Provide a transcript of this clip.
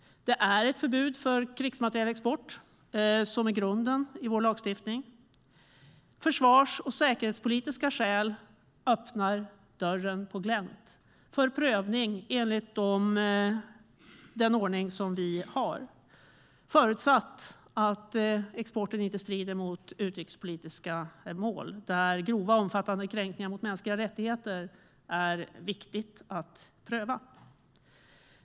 Det är ett förbud mot krigsmaterielexport som är grunden i vår lagstiftning. Försvars och säkerhetspolitiska skäl öppnar dörren på glänt för prövning enligt den ordning vi har, förutsatt att exporten inte strider mot utrikespolitiska mål. Här är grova kränkningar mot mänskliga rättigheter viktigt att pröva.